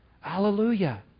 Hallelujah